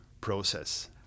process